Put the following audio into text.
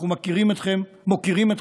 אנחנו מוקירים אתכם.